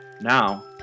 now